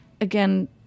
again